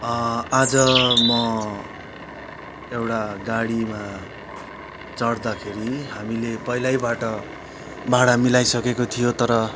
आज म एउटा गाडीमा चढ्दाखेरि हामीले पहिल्यैबाट भाडा मिलाइसकेको थियो तर